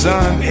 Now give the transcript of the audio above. Sun